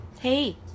Hey